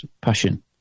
passion